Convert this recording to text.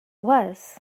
was